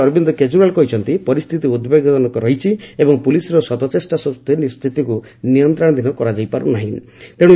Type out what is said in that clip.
ଦିଲ୍ଲୀ ମୁଖ୍ୟମନ୍ତ୍ରୀ ଅରବିନ୍ଦ କେଜରିଓ୍ୱାଲ କହିଛନ୍ତି ଯେ ପରିସ୍ଥିତି ଉଦ୍ବେଗଜନକ ରହିଛି ଏବଂ ପୁଲିସର ଶତଚେଷ୍ଟା ସତ୍ତ୍ୱେ ସ୍ଥିତିକୁ ନିୟନ୍ତ୍ରଣାଧୀନ କରାଯାଇପାରୁନାର୍ହି